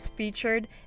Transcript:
featured